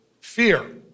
fear